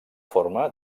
forma